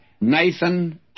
Nathan